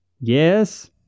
Yes